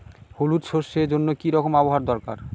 হলুদ সরষে জন্য কি রকম আবহাওয়ার দরকার?